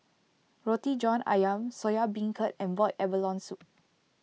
Roti John Ayam Soya Beancurd and Boiled Abalone Soup